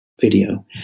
video